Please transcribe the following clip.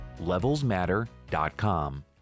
levelsmatter.com